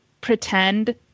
pretend